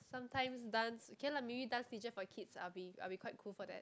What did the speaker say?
sometimes dance can lah maybe dance teacher for kids are be are be quite cool for that